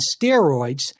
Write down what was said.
steroids